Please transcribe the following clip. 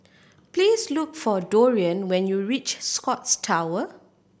please look for Dorian when you reach The Scotts Tower